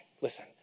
Listen